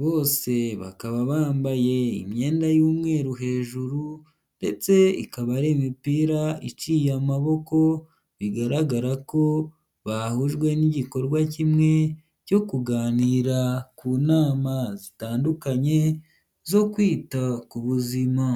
bose bakaba bambaye imyenda y'umweru hejuru ndetse ikaba ari mipira iciye amaboko bigaragara ko bahujwe n'igikorwa kimwe cyo kuganira ku nama zitandukanye zo kwita ku buzima.